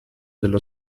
dello